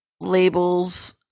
labels